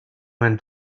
went